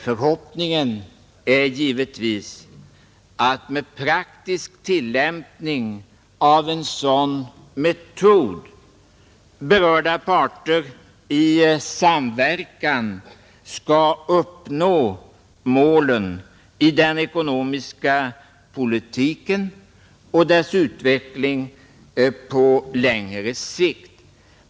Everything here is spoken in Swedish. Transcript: Förhoppningen är givetvis att med praktisk tillämpning av en sådan metod berörda parter i samverkan skall uppnå målen i den ekonomiska politiken och dess utveckling på längre sikt.